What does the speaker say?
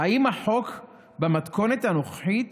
האם החוק במתכונת הנוכחית